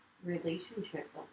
relationship